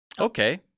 Okay